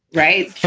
right.